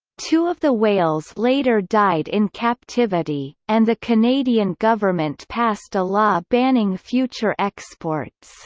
two of the whales later died in captivity, and the canadian government passed a law banning future exports